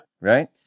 Right